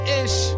ish